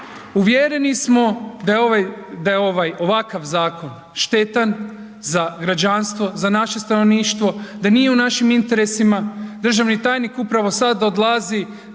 Uvjereni smo da je ovaj ovakav zakon štetan za građanstvo, za naše stanovništvo, da nije u našim interesima. Državni tajnik upravo sada odlazi,